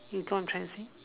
you know what I'm trying to say